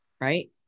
right